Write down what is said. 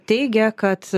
teigia kad